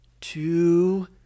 two